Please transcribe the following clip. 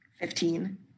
Fifteen